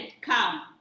come